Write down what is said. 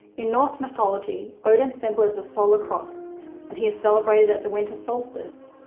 in norse mythology, odin's symbol is a solar cross and he is celebrated at the winter solstice.